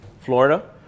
Florida